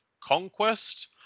conquest